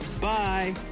Bye